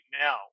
now